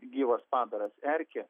gyvas padaras erkė